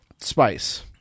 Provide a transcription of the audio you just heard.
spice